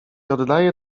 oddaje